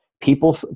people